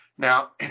Now